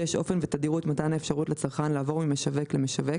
(6)אופן ותדירות מתן האפשרות לצרכן לעבור ממשווק למשווק,